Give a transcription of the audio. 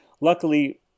luckily